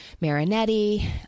Marinetti